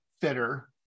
fitter